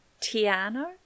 tiano